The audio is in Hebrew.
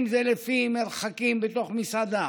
אם זה לפי מרחקים בתוך מסעדה,